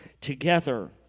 Together